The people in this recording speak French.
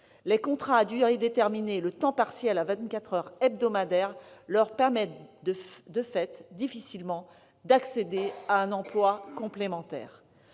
les contrats à durée déterminée et les temps partiels de vingt-quatre heures hebdomadaires leur permettent difficilement d'accéder à un emploi complémentaire.